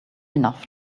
enough